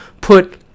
put